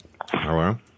Hello